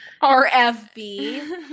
R-F-B